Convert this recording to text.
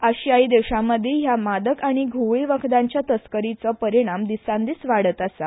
आशियायी देशां मदीं ह्या मादक आनी घुंवळे वखदांच्या तस्करीचो परिणाम दिसानदीस वाडत आसा